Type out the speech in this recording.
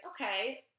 okay